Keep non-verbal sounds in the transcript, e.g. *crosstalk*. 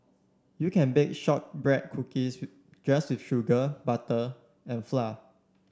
you can bake shortbread cookies *unintelligible* just with sugar butter and flour